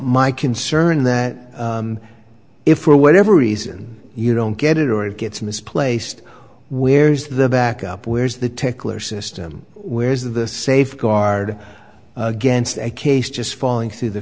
my concern that if for whatever reason you don't get it or it gets misplaced where is the backup where's the tackler system where is the safeguard against a case just falling through the